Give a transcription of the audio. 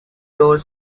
door